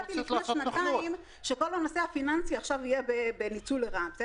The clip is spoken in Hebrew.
הנושא על סדר היום הוא הצעת חוק הגנת הצרכן (תיקון מס' 62)